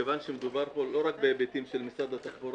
מכיוון שמדובר פה לא רק על היבטים של משרד התחבורה